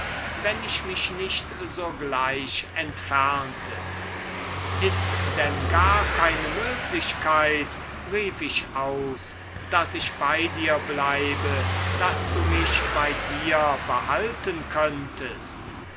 wenn ich mich nicht sogleich entfernte ist denn gar keine möglichkeit rief ich aus daß ich bei dir bleibe daß du mich bei dir behalten könntest